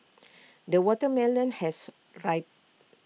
the watermelon has Rai